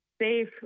safe